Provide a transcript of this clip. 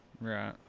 Right